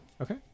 Okay